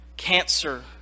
Cancer